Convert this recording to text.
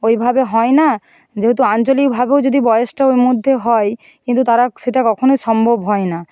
ওইভাবে হয় না যেহেতু আঞ্চলিকভাবেও যদি বয়সটা ওর মধ্যে হয় কিন্তু তারা সেটা কখনোই সম্ভব হয় না